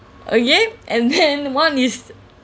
okay and then one is